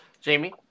Jamie